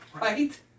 right